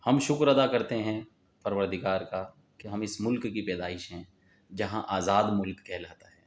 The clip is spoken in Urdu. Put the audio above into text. ہم شکر ادا کرتے ہیں پروردگار کا کہ ہم اس ملک کی پیدائش ہیں جہاں آزاد ملک کہلاتا ہے